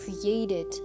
created